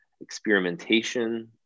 experimentation